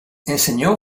enseñó